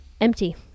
empty